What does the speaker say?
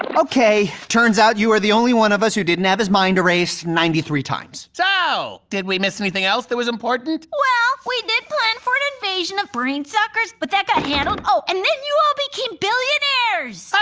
um okay. turns out you were the only one of us who didn't have his mind erased ninety three times. so. did we miss anything else that was important? well, we did plan for an invasion of alien brain suckers but that got handled. oh, and then you all became billionaires.